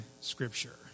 scripture